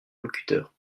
locuteurs